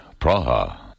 Praha